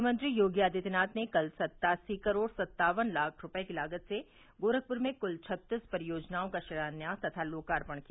मुख्यमंत्री योगी आदित्यनाथ ने कल सत्तासी करोड़ सत्तावन लाख रूपये की लागत से गोरखपुर में कुल छत्तीस परियोजनाओं का शिलान्यास तथा लोकार्पण किया